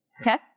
Okay